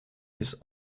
his